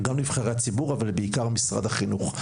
גם של נבחרי הציבור, אבל בעיקר של משרד החינוך.